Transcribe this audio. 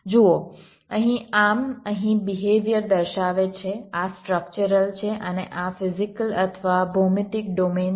જુઓ અહીં આર્મ અહીં બિહેવિયર દર્શાવે છે આ સ્ટ્રક્ચરલ છે અને આ ફિઝીકલ અથવા ભૌમિતિક ડોમેન છે